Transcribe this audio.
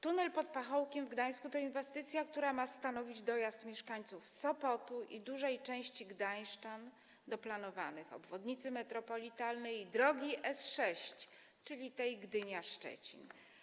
Tunel pod Pachołkiem w Gdańsku to inwestycja, która ma stanowić dojazd mieszkańców Sopotu i dużej części gdańszczan do planowanych obwodnicy metropolitalnej i drogi S6, czyli tej Gdynia - Szczecin.